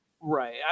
Right